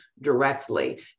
directly